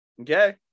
Okay